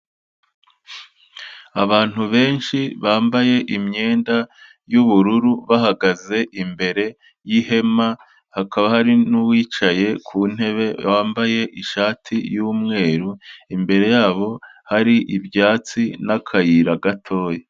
Abantu benshi bambaye imyenda y'ubururu bahagaze imbere y'ihema, hakaba hari n'uwicaye ku ntebe wabambaye ishati y'umweru, imbere yabo hari ibyatsi n'akayira gatoya.